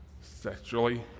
sexually